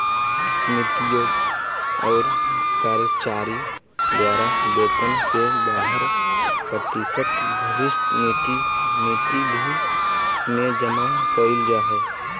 नियोक्त और कर्मचारी द्वारा वेतन के बारह प्रतिशत भविष्य निधि में जमा कइल जा हइ